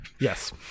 Yes